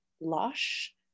lush